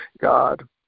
God